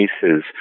cases